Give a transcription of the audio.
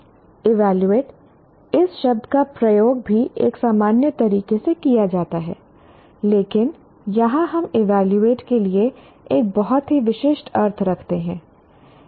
evaluate इस शब्द का प्रयोग भी एक सामान्य तरीके से किया जाता है लेकिन यहाँ हम ईवैल्यूवेट के लिए एक बहुत ही विशिष्ट अर्थ रखते हैं